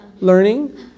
learning